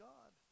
God